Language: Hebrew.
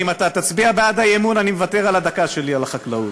אם אתה תצביע בעד האי-אמון אני מוותר על הדקה שלי על החקלאות.